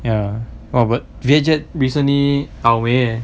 ya robert today just recently 倒霉 leh